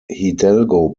hidalgo